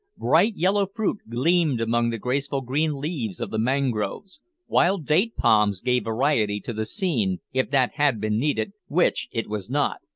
bright yellow fruit gleamed among the graceful green leaves of the mangroves wild date-palms gave variety to the scene, if that had been needed, which it was not,